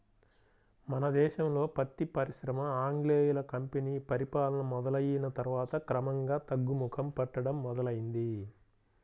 మన దేశంలో పత్తి పరిశ్రమ ఆంగ్లేయుల కంపెనీ పరిపాలన మొదలయ్యిన తర్వాత క్రమంగా తగ్గుముఖం పట్టడం మొదలైంది